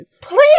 please